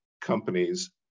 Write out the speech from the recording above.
companies